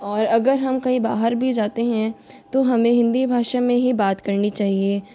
और अगर हम कहीं बाहर भी जाते हैं तो हमें हिन्दी भाषा में ही बात करनी चाहिए